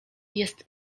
jest